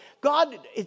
God